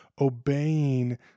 obeying